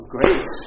Great